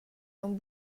aunc